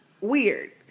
weird